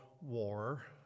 War